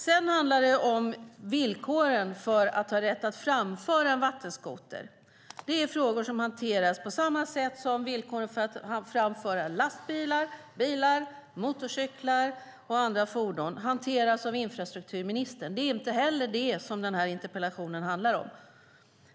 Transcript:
Sedan handlar det om villkoren för att ha rätt att framföra en vattenskoter. Det är frågor som hanteras på samma sätt som villkoren för att framföra lastbilar, bilar, motorcyklar och andra fordon, och de hanteras av infrastrukturministern. Det är inte heller det som denna interpellation handlar om.